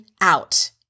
out